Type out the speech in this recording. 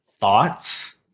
thoughts